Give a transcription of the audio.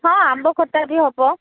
ହଁ ଆମ୍ବ ଖଟା ବି ହେବ